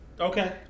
Okay